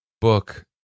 book